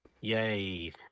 yay